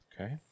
Okay